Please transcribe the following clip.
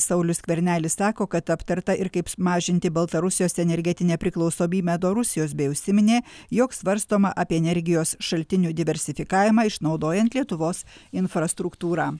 saulius skvernelis sako kad aptarta ir kaip mažinti baltarusijos energetinę priklausomybę nuo rusijos bei užsiminė jog svarstoma apie energijos šaltinių diversifikavimą išnaudojant lietuvos infrastruktūrą